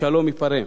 שהשלום ייפרם.